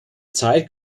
zeit